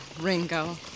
Ringo